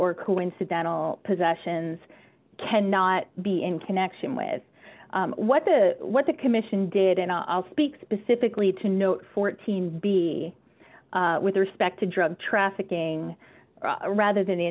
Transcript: or coincidental possessions cannot be in connection with what the what the commission did and i'll speak specifically to note fourteen b with respect to drug trafficking rather than the